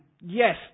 yes